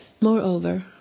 Moreover